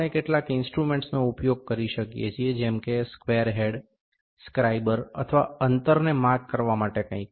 આપણે કેટલાક ઇન્સ્ટ્રુમેન્ટ્સનો ઉપયોગ કરી શકીએ છીએ જેમ કે સ્ક્વેર હેડ સ્ક્રાઇબર અથવા અંતરને માર્ક કરવા માટે કંઈક